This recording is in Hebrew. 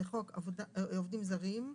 לחוק עובדים זרים,